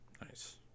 Nice